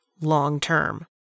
long-term